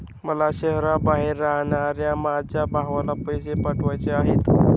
मला शहराबाहेर राहणाऱ्या माझ्या भावाला पैसे पाठवायचे आहेत